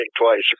twice